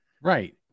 Right